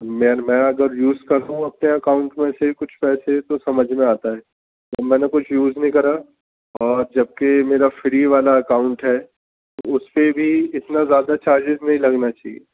میں میں اگر یوز کر رہا ہوں اپنے اکاؤنٹ میں سے کچھ پیسے تو سمجھ میں آتا ہے جب میں نے کچھ یوز نہیں کرا اور جبکہ میرا فری والا اکاؤنٹ ہے تو اس پہ بھی اتنا زیادہ چارجز نہیں لگنا چاہئے